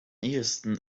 ehesten